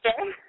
okay